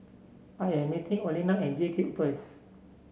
I am meeting Olena at JCube first